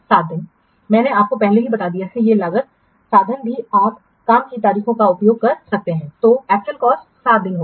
7 दिन मैंने आपको पहले ही बता दिया है कि ये लागत साधन भी आप काम की तारीखों का उपयोग कर सकते हैं तो एक्चुअल कॉस्ट 7 दिन होगी